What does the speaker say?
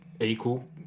equal